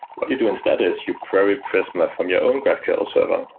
what you do instead is you query prisma from your own graphql server.